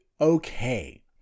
okay